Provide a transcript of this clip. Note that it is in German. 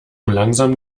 langsam